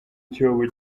cyobo